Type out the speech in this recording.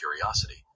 curiosity